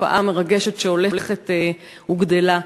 תופעה מרגשת שהולכת וגדלה.